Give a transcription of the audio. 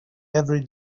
every